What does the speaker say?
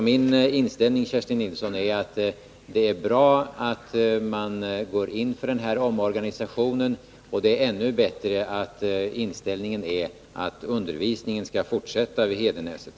Min inställning, Kerstin Nilsson, är att det är bra att man går in för den här omorganisationen. Det är ännu bättre att inställningen är att undervisningen skall fortsätta vid Hedenäset.